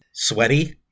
Sweaty